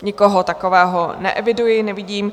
Nikoho takového neeviduji, nevidím.